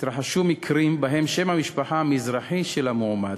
התרחשו מקרים שבהם שם המשפחה המזרחי של מועמד,